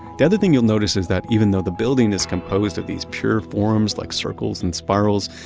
the other thing you'll notice is that even though the building is composed of these pure forms like circles and spirals,